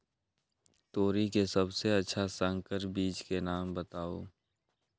तोरी के सबसे अच्छा संकर बीज के नाम बताऊ?